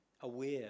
aware